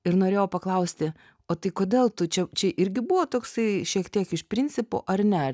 ir norėjau paklausti o tai kodėl tu čia čia irgi buvo toksai šiek tiek iš principo ar ne ar